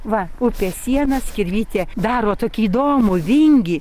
va upė siena skirvytė daro tokį įdomų vingį